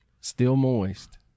still-moist